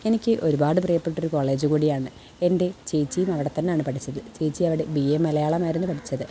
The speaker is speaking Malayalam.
എനിക്ക് ഒരുപാട് പ്രിയപ്പെട്ട ഒരു കോളേജു കൂടിയാണ് എന്റെ ചേച്ചിയും അവിടെ തന്നെയാണ് പഠിച്ചത് ചേച്ചി അവിടെ ബി എ മലയാളം ആയിരുന്നു പഠിച്ചത്